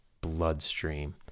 bloodstream